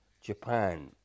Japan